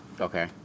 Okay